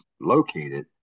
located